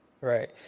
right